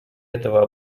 этого